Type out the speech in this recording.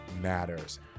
matters